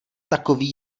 takový